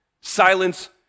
Silence